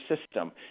system